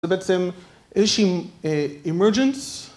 זה בעצם איזושהי emergence.